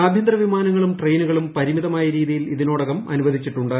ആഭ്യന്തര വിമാനങ്ങളും ഞ്ട്യയിന്ുകളും പരിമിതമായ രീതിയിൽ ഇതിനോടകം അനുവദിച്ചിട്ടുണ്ട്